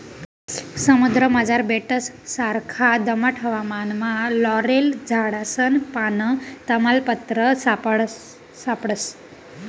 समुद्रमझार बेटससारखा दमट हवामानमा लॉरेल झाडसनं पान, तमालपत्र सापडस